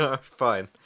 Fine